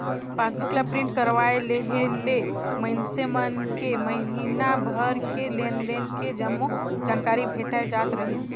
passbook ला print करवाये लेहे ले मइनसे मन के महिना भर के लेन देन के जम्मो जानकारी भेटाय जात रहीस